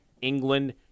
England